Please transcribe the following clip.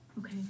Okay